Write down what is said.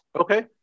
Okay